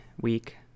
week